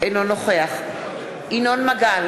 אינו נוכח ינון מגל,